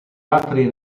altri